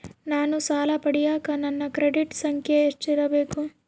ನಾನು ಸಾಲ ಪಡಿಯಕ ನನ್ನ ಕ್ರೆಡಿಟ್ ಸಂಖ್ಯೆ ಎಷ್ಟಿರಬೇಕು?